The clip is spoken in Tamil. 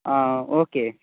ஆ ஓகே